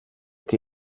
que